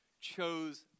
chose